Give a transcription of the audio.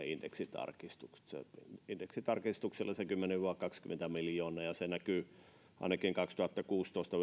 indeksitarkistukset se on indeksitarkistuksella se kymmenen viiva kaksikymmentä miljoonaa ja se näkyy ainakin kaksituhattakuusitoista